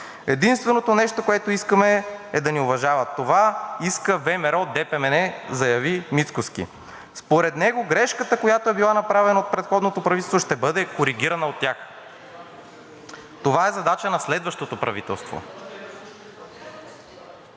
Единственото нещо, което искаме, е да ни уважават. Това иска ВМРО-ДПМНЕ.“ – заяви Мицкоски. Според него грешката, която е била направена от предходното правителство, ще бъде коригирана от тях. Това е задача на следващото правителство.